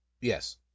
Yes